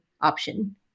option